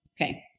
Okay